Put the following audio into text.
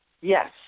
Yes